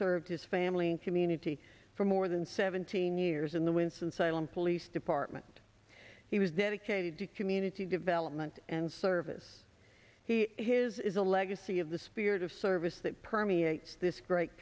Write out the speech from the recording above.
served his family and community for more than seventeen years in the winston salem police department he was dedicated to community development and service he has is a legacy of the spirit of service that permeates this great